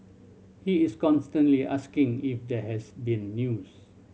he is constantly asking if there has been news